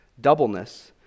doubleness